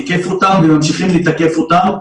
תיקף אותם וממשיכים לתקף אותם.